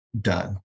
done